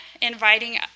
inviting